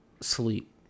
sleep